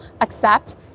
accept